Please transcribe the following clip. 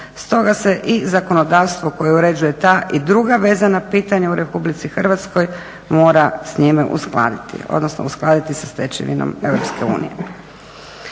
Stoga se i zakonodavstvo koje uređuje ta i druga vezana pitanja u RH mora s njime uskladiti odnosno uskladiti sa stečevinom EU.